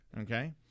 Okay